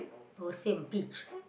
no same pitch